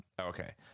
Okay